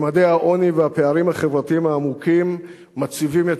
ממדי העוני והפערים החברתיים העמוקים מציבים את